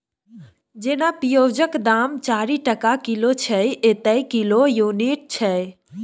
जेना पिओजक दाम चारि टका किलो छै एतय किलो युनिट छै